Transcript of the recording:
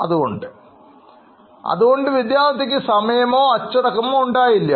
അതുകൊണ്ട് വിദ്യാർത്ഥിക്ക് സമയമോ അച്ചടക്കമോ ഉണ്ടായില്ല